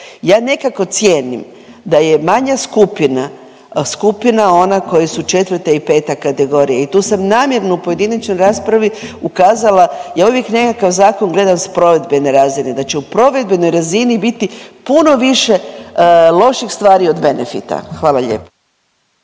Ja nekako cijenim da je manja skupina, skupina ona koji su 4. i 5. kategorija i tu sam namjerno u pojedinačnoj raspravi ukazala. Ja uvijek nekakav zakon gledam s provedbene razine, da će u provedbenoj razini biti puno više loših stvari od benefita. Hvala lijepo.